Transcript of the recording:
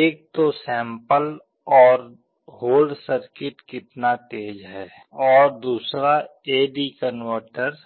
एक तो सैंपल और होल्ड सर्किट कितना तेज़ है और दूसरा ए डी कनवर्टर